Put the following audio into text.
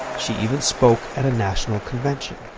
she even spoke at a national convention.